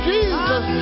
Jesus